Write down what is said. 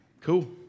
cool